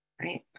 right